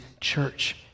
church